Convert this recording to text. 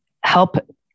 help